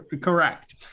correct